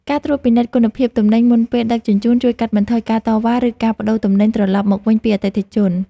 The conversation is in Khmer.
ការត្រួតពិនិត្យគុណភាពទំនិញមុនពេលដឹកជញ្ជូនជួយកាត់បន្ថយការតវ៉ា ឬការប្តូរទំនិញត្រឡប់មកវិញពីអតិថិជន។